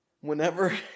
Whenever